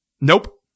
Nope